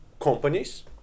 companies